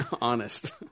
Honest